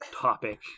topic